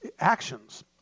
actions